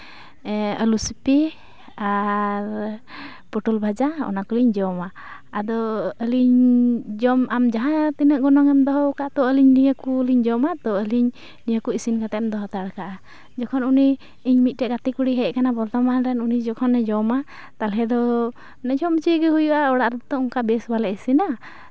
ᱟᱹᱞᱩ ᱥᱤᱯᱤ ᱟᱨ ᱯᱚᱴᱚᱞ ᱵᱷᱟᱡᱟ ᱚᱱᱟ ᱠᱚᱞᱤᱧ ᱡᱚᱢᱟ ᱟᱫᱚ ᱟᱹᱞᱤᱧ ᱡᱚᱢ ᱟᱢ ᱡᱟᱦᱟᱛᱤᱱᱟᱹᱜ ᱜᱚᱱᱚᱝᱮᱢ ᱫᱚᱦᱚ ᱠᱟᱜ ᱛᱚ ᱟᱹᱞᱤᱧ ᱱᱤᱭᱟᱹ ᱠᱚᱞᱤᱧ ᱡᱚᱢᱟ ᱛᱚ ᱟᱹᱞᱤᱧ ᱱᱤᱭᱟᱹ ᱠᱚ ᱤᱥᱤᱱ ᱠᱟᱛᱮᱫ ᱮᱢ ᱫᱚᱦᱚ ᱦᱟᱛᱟᱲ ᱠᱟᱜᱼᱟ ᱡᱚᱠᱷᱚᱱ ᱩᱱᱤ ᱤᱧ ᱢᱤᱫᱴᱮᱡ ᱜᱟᱛᱮ ᱠᱩᱲᱤᱭ ᱦᱮᱡ ᱠᱟᱱᱟ ᱵᱚᱨᱫᱷᱚᱢᱟᱱ ᱨᱮ ᱩᱱᱤ ᱡᱚᱠᱷᱚᱱᱮᱭ ᱡᱚᱢᱟ ᱛᱟᱞᱦᱮ ᱫᱚ ᱡᱚᱢ ᱦᱚᱪᱚᱭᱮᱜᱮ ᱦᱩᱭᱩᱜᱼᱟ ᱚᱲᱟᱜ ᱨᱮᱫᱚ ᱚᱱᱠᱟ ᱵᱮᱥ ᱵᱟᱝᱞᱮ ᱤᱥᱤᱱᱟ